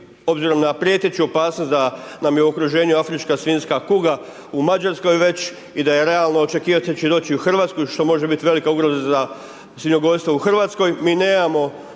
obzirom na prijeteću opasnost da nam je u okruženju afrička svinjska kuga u Mađarskoj već i da je realno očekivati da će doći u Hrvatsku, što može biti velika ugroza za svinjogojstvo u Hrvatskoj. Mi nemamo